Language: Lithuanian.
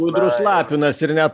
gudrus lapinas ir net